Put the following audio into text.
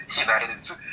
United